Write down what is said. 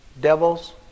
Devils